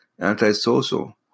antisocial